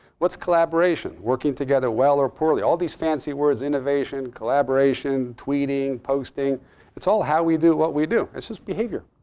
what's collaboration? working together well or poorly. all these fancy words innovation, collaboration, tweeting, posting it's all how we do what we do. it's just behavior